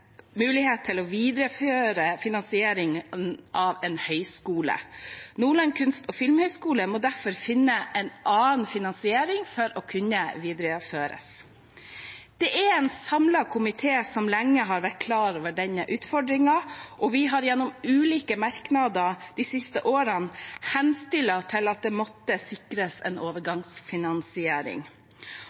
mulighet til å videreføre finansieringen av en høgskole. Nordland kunst- og filmhøgskole må derfor finne en annen finansiering for å kunne videreføres. Det er en samlet komité som lenge har vært klar over denne utfordringen, og vi har gjennom ulike merknader de siste årene henstilt til at det måtte sikres en overgangsfinansiering.